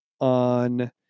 on